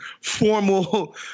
formal